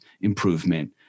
improvement